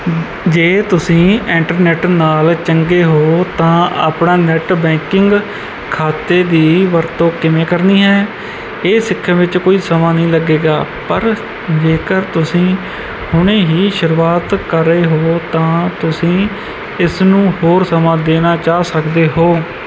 ਜੇ ਤੁਸੀਂ ਇੰਟਰਨੈਟ ਨਾਲ ਚੰਗੇ ਹੋ ਤਾਂ ਆਪਣੇ ਨੈੱਟ ਬੈਂਕਿੰਗ ਖਾਤੇ ਦੀ ਵਰਤੋਂ ਕਿਵੇਂ ਕਰਨੀ ਹੈ ਇਹ ਸਿੱਖਣ ਵਿੱਚ ਕੋਈ ਸਮਾਂ ਨਹੀਂ ਲੱਗੇਗਾ ਪਰ ਜੇਕਰ ਤੁਸੀਂ ਹੁਣੇ ਹੀ ਸ਼ੁਰੂਆਤ ਕਰ ਰਹੇ ਹੋ ਤਾਂ ਤੁਸੀਂ ਇਸ ਨੂੰ ਹੋਰ ਸਮਾਂ ਦੇਣਾ ਚਾਹ ਸਕਦੇ ਹੋ